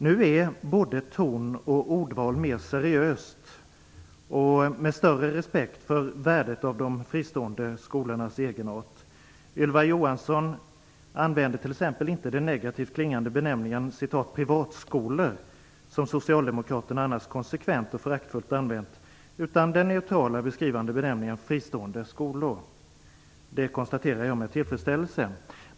Nu är både ton och ordval mer seriösa, och det visas en större respekt för värdet av de fristående skolornas egenart. Ylva Johansson använder t.ex. inte den negativt klingande benämningen "privatskolor", som Socialdemokraterna annars konsekvent och föraktfullt har använt, utan den neutrala, beskrivande benämningen "fristående skolor". Det konstaterar jag med tillfredsställelse.